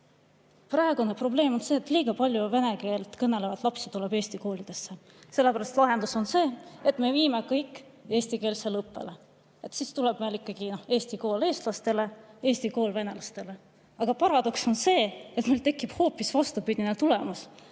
praegu on see probleem, et liiga palju vene keelt kõnelevaid lapsi tuleb eesti koolidesse, sellepärast on lahendus see, et me viime kõik üle eestikeelsele õppele, siis tuleb ikkagi eesti kool eestlastele ja eesti kool venelastele. Aga paradoks on see, et tekib hoopis vastupidine tulemus.